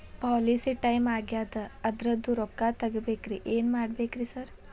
Policy time ಆಗ್ಯಾದ ಅದ್ರದು ರೊಕ್ಕ ತಗಬೇಕ್ರಿ ಏನ್ ಮಾಡ್ಬೇಕ್ ರಿ ಸಾರ್?